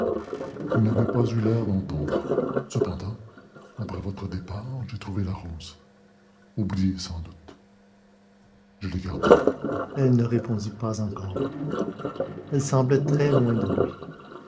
vous n'avez pas eu l'air d'entendre cependant après votre départ j'ai trouvé la rose oubliée sans doute je l'ai gardée elle ne répondit pas encore elle semblait très loin de lui